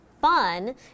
fun